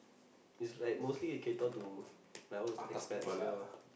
is like mostly they cater to all those expats ya